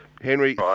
Henry